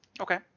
okay